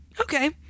okay